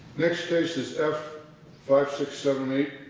next case is f five seven eight,